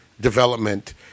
development